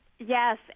Yes